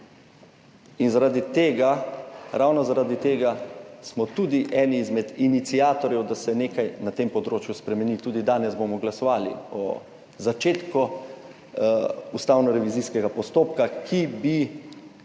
in zaradi tega, ravno zaradi tega, smo tudi eni izmed iniciatorjev, da se spremeni nekaj na tem področju. Tudi danes bomo glasovali o začetku ustavnorevizijskega postopka, ki bi